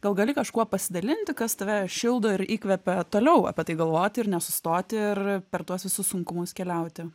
gal gali kažkuo pasidalinti kas tave šildo ir įkvepia toliau apie tai galvoti ir nesustoti ir per tuos visus sunkumus keliauti